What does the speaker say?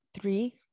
three